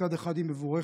שמצד אחד היא מבורכת,